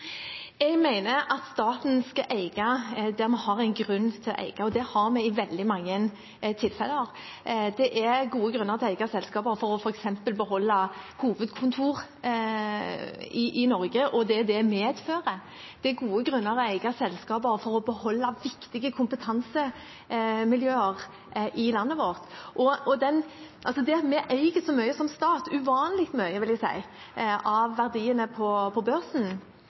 Jeg mener at staten skal eie der vi har en grunn til å eie, og det har vi i veldig mange tilfeller. Det er gode grunner til å eie selskaper for f.eks. å beholde hovedkontor og det det medfører, i Norge. Det er gode grunner til å eie selskaper for å beholde viktige kompetansemiljøer i landet vårt. Det at vi eier så mye som stat – uvanlig mye, vil jeg si – av verdiene på børsen,